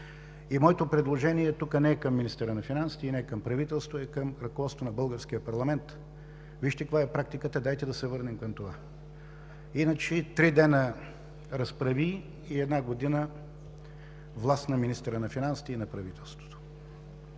И моето предложение тук не е към министъра на финансите и не е към правителството, а е към ръководството на българския парламент. Вижте каква е практиката и дайте да се върнем към това! Иначе три дена разправии и една година – власт на министъра на финансите и на правителството.